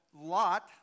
lot